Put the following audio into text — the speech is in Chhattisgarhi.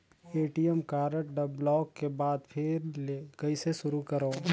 ए.टी.एम कारड ल ब्लाक के बाद फिर ले कइसे शुरू करव?